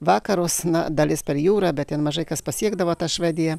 vakarus na dalis per jūrą bet ten mažai kas pasiekdavo tą švediją